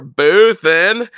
boothin